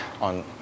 on